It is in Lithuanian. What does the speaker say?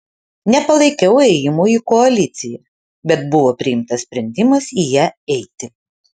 nepalaikiau ėjimo į koaliciją bet buvo priimtas sprendimas į ją eiti